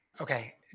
Okay